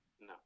No